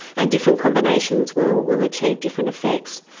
and different combinations will will achieve different effects.